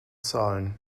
zahlen